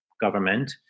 government